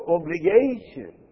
obligation